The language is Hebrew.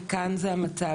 וכאן זה המצב.